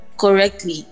correctly